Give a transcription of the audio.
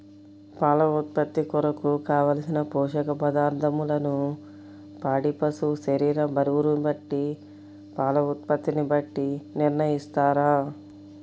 పాల ఉత్పత్తి కొరకు, కావలసిన పోషక పదార్ధములను పాడి పశువు శరీర బరువును బట్టి పాల ఉత్పత్తిని బట్టి నిర్ణయిస్తారా?